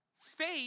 Faith